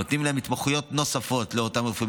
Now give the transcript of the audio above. נותנים התמחויות נוספות לאותם רופאים